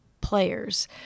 players